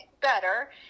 better